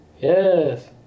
Yes